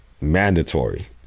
mandatory